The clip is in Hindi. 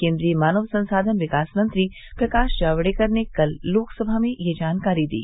केन्द्रीय मानव संसाधन विकास मंत्री प्रकाश जावड़ेकर ने कल लोकसभा में ये जानकारी दी